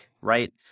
right